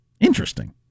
Interesting